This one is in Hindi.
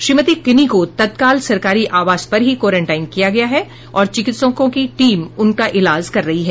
श्रीमती किनी को तत्काल सरकारी आवास पर ही क्वारंटाइन किया गया है और चिकित्सकों की टीम उनका इलाज कर रही है